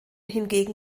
hingegen